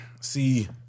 See